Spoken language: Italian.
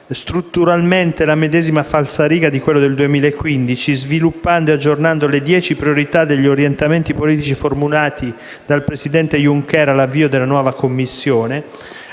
strutturalmente la medesima falsariga di quello del 2015, sviluppando e aggiornando le dieci priorità degli orientamenti politici formulati dal presidente Juncker all'avvio della nuova Commissione.